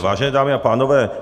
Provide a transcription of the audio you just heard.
Vážené dámy a pánové.